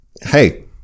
hey